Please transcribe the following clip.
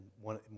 one